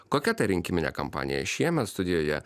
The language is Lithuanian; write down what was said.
kokia ta rinkiminė kampanija šiemet studijoje